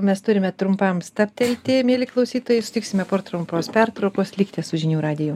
mes turime trumpam stabtelti mieli klausytojai sutiksime por trumpos pertraukos likite su žinių radiju